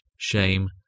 shame